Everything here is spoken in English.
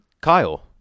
Kyle